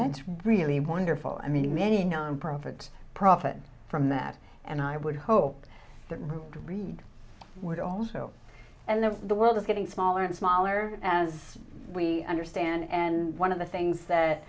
that's really wonderful i mean many nonprofits profit from that and i would hope that reid would also and the the world is getting smaller and smaller as we understand and one of the things that